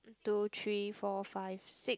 two three four five six